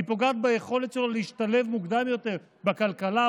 היא פוגעת ביכולת שלו להשתלב מוקדם יותר בכלכלה,